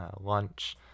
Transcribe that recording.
lunch